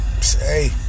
Say